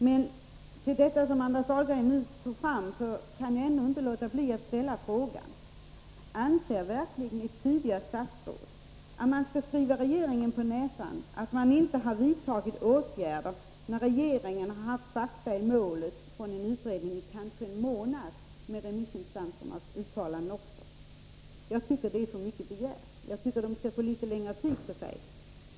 Med anledning av det som Anders Dahlgren tog upp kan jag inte låta bli att ställa frågan: Anser verkligen ett tidigare statsråd att man skall skriva regeringen på näsan att den inte har vidtagit åtgärder när den har haft fakta i målet — i detta fall en utrednings betänkande och remissinstansernas uttalanden — i kanske en månad? Jag tycker att det är för mycket begärt att den skulle hinna lägga fram förslag på den korta tiden. Jag anser att regeringen bör få litet längre tid på sig.